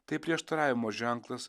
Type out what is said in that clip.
tai prieštaravimo ženklas